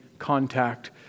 contact